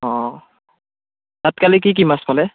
অঁ তাত কালি কি কি মাছ পালে